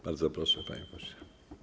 Bardzo proszę, panie pośle.